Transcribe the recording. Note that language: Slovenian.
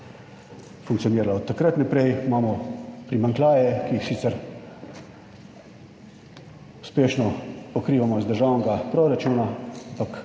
funkcionirala. Od takrat naprej imamo primanjkljaje, ki jih sicer uspešno pokrivamo iz državnega proračuna, ampak